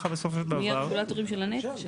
מי הרגולטורים של הנפט?